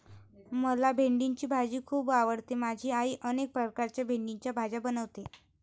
मला भेंडीची भाजी खूप आवडते माझी आई अनेक प्रकारच्या भेंडीच्या भाज्या बनवते